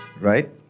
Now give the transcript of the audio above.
right